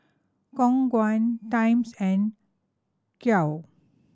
Khong Guan Times and